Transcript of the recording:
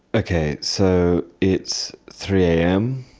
okay, so it's three am,